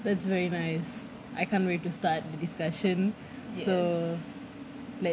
that's very nice I can't wait to start the discussion so let's